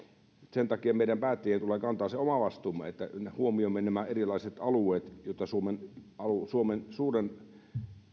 sen takia meidän päättäjien tulee kantaa se oma vastuumme että me huomioimme nämä erilaiset alueet joita suomen suuren